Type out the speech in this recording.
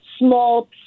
small